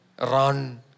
run